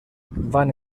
van